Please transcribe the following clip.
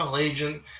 agent